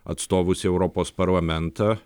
atstovus į europos parlamentą